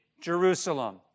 Jerusalem